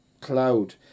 cloud